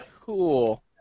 Cool